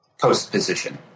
Post-Position